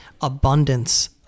abundance